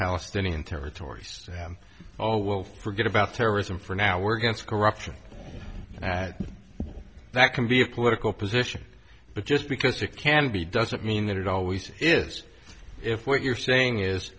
palestinian territories them all will forget about terrorism for now we're going to corruption that that can be a political position but just because you can be doesn't mean that it always is if what you're saying is